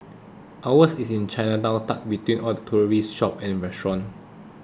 ours is in Chinatown tucked between all the touristy shops and restaurants